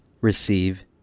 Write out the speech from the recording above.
Receive